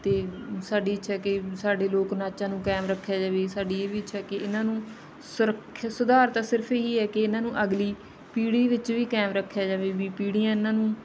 ਅਤੇ ਸਾਡੀ ਇੱਛਾ ਕਿ ਸਾਡੇ ਲੋਕ ਨਾਚਾਂ ਨੂੰ ਕਾਇਮ ਰੱਖਿਆ ਜਾਵੇ ਸਾਡੀ ਇਹ ਵੀ ਇੱਛਾ ਕਿ ਇਹਨਾਂ ਨੂੰ ਸੁਰੱਖਿਤ ਸੁਧਾਰ ਤਾਂ ਸਿਰਫ਼ ਇਹ ਹੀ ਹੈ ਕਿ ਇਹਨਾਂ ਨੂੰ ਅਗਲੀ ਪੀੜ੍ਹੀ ਵਿੱਚ ਵੀ ਕਾਇਮ ਰੱਖਿਆ ਜਾਵੇ ਵੀ ਪੀੜ੍ਹੀਆਂ ਇਹਨਾਂ ਨੂੰ